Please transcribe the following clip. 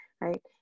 right